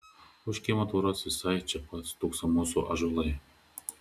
už kiemo tvoros visai čia pat stūkso mūsų ąžuolai